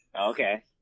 Okay